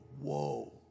Whoa